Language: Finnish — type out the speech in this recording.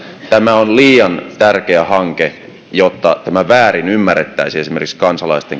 tämä on liian tärkeä hanke jotta tämä ymmärrettäisiin väärin esimerkiksi kansalaisten